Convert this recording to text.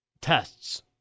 tests